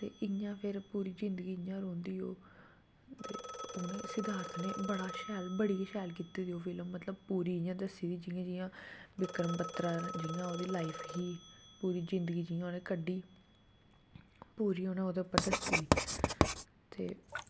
ते इंया फिर पूरी जिंदगी इंया रौहंदी ओह् ते सिद्धार्थ नै ओह् बड़ी गै शैल कीती दी ओह् फिल्म मतलब पूरी इंया दस्सी दी जियां जियां विक्रम बत्रा जियां ओह्दी लाईफ ही पूरी जिंदगी उनें जियां कड्ढी पूरी उनें ओह्दे पर दस्सी दी ते